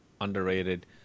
underrated